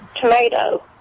tomato